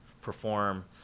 perform